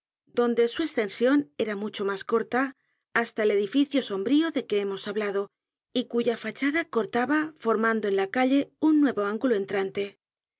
donde su estension era mucho mas corta hasta el edificio sombrío de que hemos hablado y cuya fachada cortaba formando en la calle un nuevo ángulo entrante